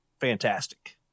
fantastic